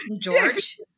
george